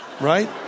right